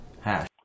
hash